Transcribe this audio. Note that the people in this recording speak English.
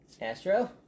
Astro